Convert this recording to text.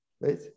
right